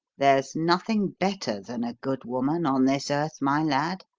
there's nothing better than a good woman on this earth, my lad.